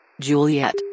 Juliet